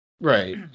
Right